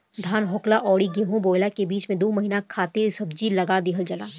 धान होखला अउरी गेंहू बोअला के बीच में दू महिना खातिर सब्जी लगा दिहल जाला